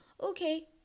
Okay